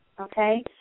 Okay